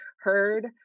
heard